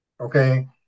okay